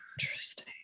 Interesting